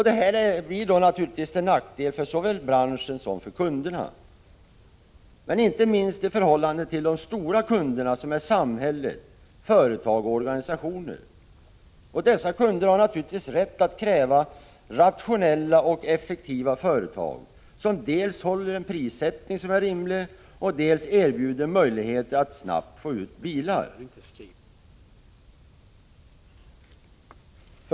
Detta blir givetvis till nackdel för såväl branschen som kunderna — inte minst för de stora kunderna samhälle, företag och organisationer. Dessa kunder har självfallet rätt att kräva rationella och effektiva företag som dels håller en rimlig prissättning, dels har möjligheter att snabbt få ut bilar.